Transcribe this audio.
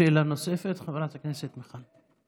שאלה נוספת, חברת הכנסת מיכל וולדיגר.